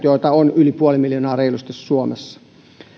joita on reilusti yli puoli miljoonaa suomessa